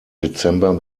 dezember